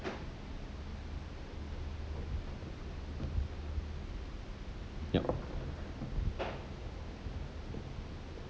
yep